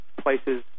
places